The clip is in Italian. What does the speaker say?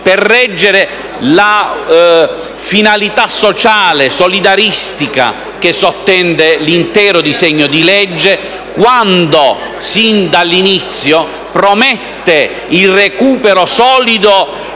sostenere la finalità sociale e solidaristica che sottende l'intero disegno di legge, quando, fin dall'inizio, promette un solido